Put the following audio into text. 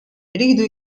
jridu